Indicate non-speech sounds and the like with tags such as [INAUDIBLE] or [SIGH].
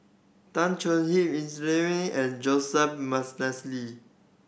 Tan Choon Hip in [UNINTELLIGIBLE] and Joseph [UNINTELLIGIBLE]